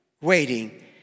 waiting